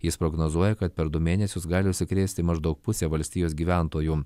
jis prognozuoja kad per du mėnesius gali užsikrėsti maždaug pusė valstijos gyventojų